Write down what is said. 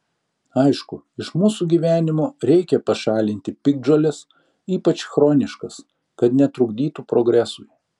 aišku iš mūsų gyvenimo reikia pašalinti piktžoles ypač chroniškas kad netrukdytų progresui